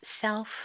self